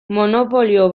monopolio